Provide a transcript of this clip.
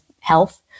health